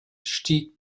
stieg